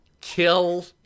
kill